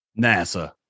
NASA